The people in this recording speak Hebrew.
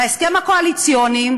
בהסכם הקואליציוני,